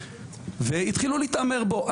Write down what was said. התחילו להתעמר בו,